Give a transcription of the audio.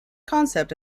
concept